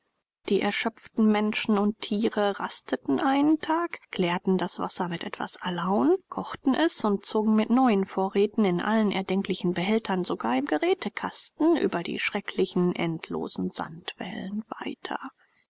die erschöpften menschen und tiere rasteten einen tag klärten das wasser mit etwas alaun kochten es und zogen mit neuen vorräten in allen erdenklichen behältern sogar im gerätekasten über die schrecklichen endlosen sandwellen weiter